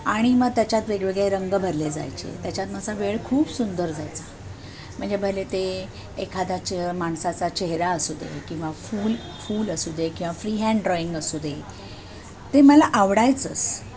आणि मग त्याच्यात वेगवेगळे रंग भरले जायचे त्याच्यात माझा वेळ खूप सुंदर जायचा म्हणजे भले ते एखादाचं माणसाचा चेहरा असू दे किंवा फूल फूल असू दे किंवा फ्रीहँड ड्रॉईंग असू दे ते मला आवडायचंंच